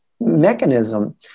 mechanism